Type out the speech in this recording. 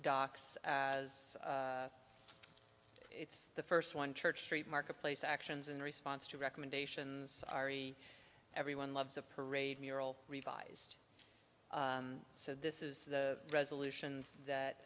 docs as it's the first one church street marketplace actions in response to recommendations ari everyone loves a parade we're all revised so this is the resolution that